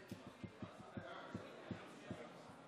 הודעה אישית לחבר הכנסת יעקב מרגי.